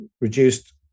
reduced